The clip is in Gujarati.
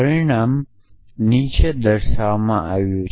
પરિણામે નીચે અહીં દર્શાવ્યું છે